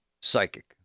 psychic